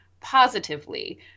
positively